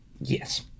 Yes